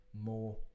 More